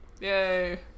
Yay